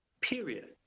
Period